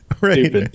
right